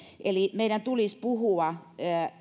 eli meidän tulisi puhua